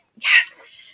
Yes